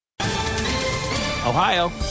Ohio